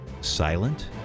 silent